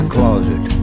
Closet